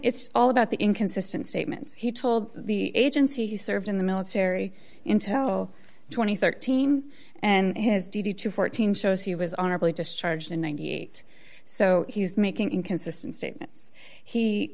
it's all about the inconsistent statements he told the agency he served in the military intel two thousand and thirteen and his duty to fourteen shows he was honorably discharged in ninety eight so he's making inconsistent statements he